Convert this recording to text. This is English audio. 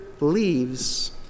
leaves